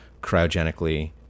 cryogenically